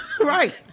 Right